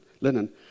linen